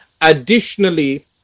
Additionally